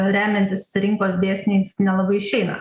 remiantis rinkos dėsniais nelabai išeina